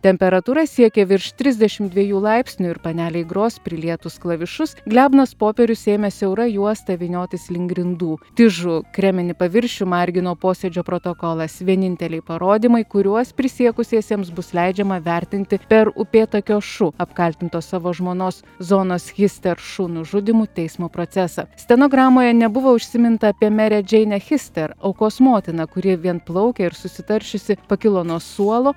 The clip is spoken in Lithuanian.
temperatūra siekė virš trisdešimt dviejų laipsnių ir panelei gros prilietus klavišus glebnas popierius ėmė siaura juosta vyniotis link grindų tižų kreminį paviršių margino posėdžio protokolas vieninteliai parodymai kuriuos prisiekusiesiems bus leidžiama vertinti per upėtakio šu apkaltintos savo žmonos zonos hister šu nužudymu teismo procesą stenogramoje nebuvo užsiminta apie merę džeinę hister aukos motiną kuri vienplaukė ir susitaršiusi pakilo nuo suolo